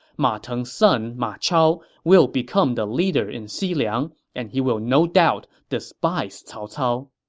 ma teng's son ma chao will become the leader in xiliang and he will no doubt despise cao cao.